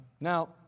Now